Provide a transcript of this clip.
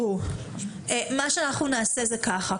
מה שאנחנו נעשה זה ככה,